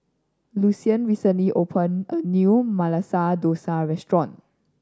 Lucian recently opened a new Masala Dosa Restaurant